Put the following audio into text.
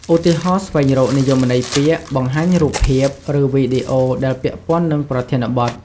ឧទាហរណ៍ ស្វែងរកនិយមន័យពាក្យ បង្ហាញរូបភាព ឬវីដេអូដែលពាក់ព័ន្ធនឹងប្រធានបទ។